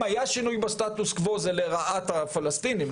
היה שינוי בסטטוס קוו זה לרעת הפלסטינים,